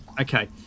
Okay